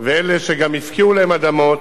ואלה שגם הפקיעו להם אדמות,